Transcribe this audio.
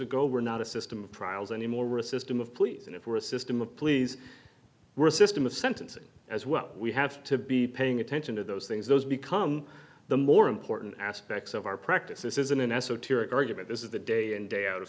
ago were not a system of trials anymore were a system of police and it were a system of pleas were a system of sentencing as well we have to be paying attention to those things those become the more important aspects of our practice this isn't an esoteric argument this is a day in day out of